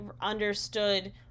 understood